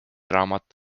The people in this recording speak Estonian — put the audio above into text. raamat